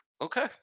Okay